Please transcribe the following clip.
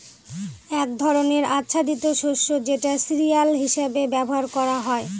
এক ধরনের আচ্ছাদিত শস্য যেটা সিরিয়াল হিসেবে ব্যবহার করা হয়